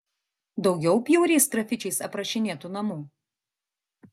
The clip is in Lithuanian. daugiau bjauriais grafičiais aprašinėtų namų